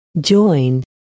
Join